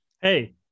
hey